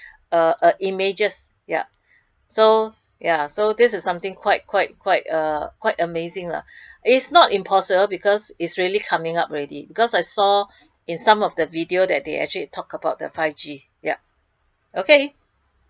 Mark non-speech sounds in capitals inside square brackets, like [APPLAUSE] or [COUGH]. [BREATH] uh uh images ya so [BREATH] ya so this is something quite quite quite uh quite amazing lah [BREATH] is not impossible because it's really coming up already because I saw in some of the video they actually talk about the five G yup okay